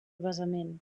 basament